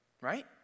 right